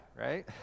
right